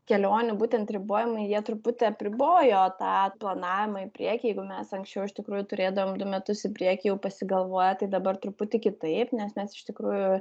kelionių būtent ribojimai jie truputį apribojo tą planavimą į priekį jeigu mes anksčiau iš tikrųjų turėdavom du metus į priekį jau pasigalvoję tai dabar truputį kitaip nes mes iš tikrųjų